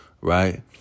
right